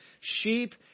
Sheep